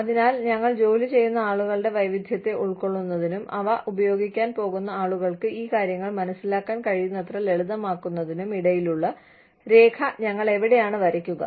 അതിനാൽ ഞങ്ങൾ ജോലി ചെയ്യുന്ന ആളുകളുടെ വൈവിധ്യത്തെ ഉൾക്കൊള്ളുന്നതിനും അവ ഉപയോഗിക്കാൻ പോകുന്ന ആളുകൾക്ക് ഈ കാര്യങ്ങൾ മനസ്സിലാക്കാൻ കഴിയുന്നത്ര ലളിതമാക്കുന്നതിനും ഇടയിലുള്ള രേഖ ഞങ്ങൾ എവിടെയാണ് വരയ്ക്കുക